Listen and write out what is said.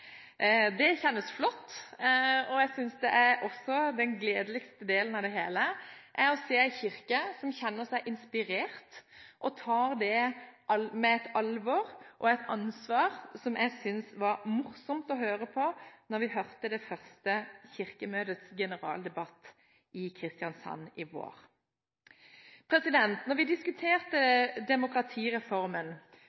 Det kjennes flott. Jeg synes den gledeligste delen av det hele er å se en kirke som kjenner seg inspirert og tar dette med et alvor og et ansvar som jeg syntes var morsomt å høre, da vi hørte det første Kirkemøtets generaldebatt i Kristiansand i vår. Gjennom diskusjonen av demokratireformen og hele statskirkeforliket har vi